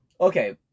okay